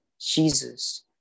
Jesus